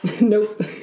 Nope